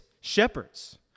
shepherds